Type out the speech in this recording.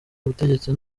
ubutegetsi